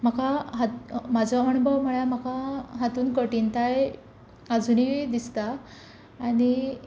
म्हाका म्हाजो अणभव म्हळ्यार म्हाका हातून कठीनताय आजुनीय दिसता आनी